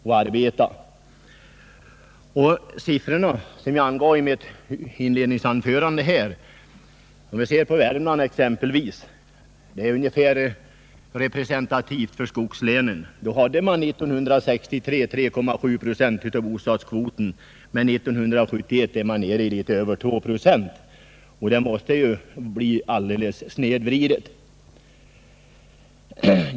Enligt de siffror som jag angav i mitt inledningsanförande t.ex. beträffande Värmland — de är representativa för skogslänen — hade vi 1963 3,7 procent av bostadskvoten men 1971 endast 2 procent. Det måste bli alldeles snedvridet.